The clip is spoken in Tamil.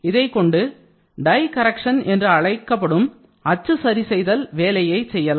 இதைக்கொண்டு டை கரக்ஷன் என்று அழைக்கப்படும் அச்சு சரிசெய்தல் வேலையை செய்யலாம்